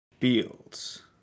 fields